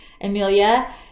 Amelia